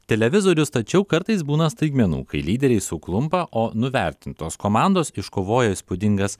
televizorius tačiau kartais būna staigmenų kai lyderiai suklumpa o nuvertintos komandos iškovojo įspūdingas